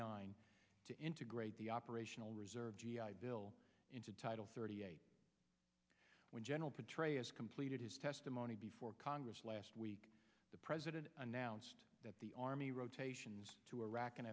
nine to integrate the operational reserve g i bill into title thirty eight when general petraeus completed his testimony before congress last week the president announced that the army rotations to iraq and